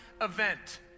event